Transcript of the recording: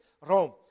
Rome